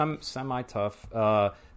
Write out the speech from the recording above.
semi-tough